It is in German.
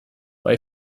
bei